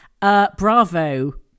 Bravo